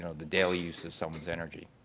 you know the daily use of someone's energy,